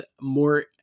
more